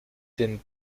dem